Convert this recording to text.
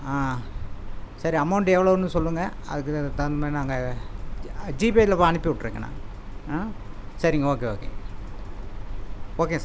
ஆ சரி அமௌண்ட்டு எவ்வளோன்னு சொல்லுங்க அதுக்கு தகுந்த மாதிரி நாங்கள் ஜீபேயில் இப்போ அனுப்பிவுட்ருக்கேணா ஆ சரிங்க ஓகே ஓகேங்க ஓகே